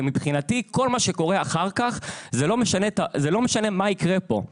ומבחינתי זה לא משנה מה יקרה פה אחר כך.